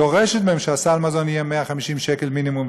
היא דורשת מהן שסל מזון יהיה 150 שקלים מינימום,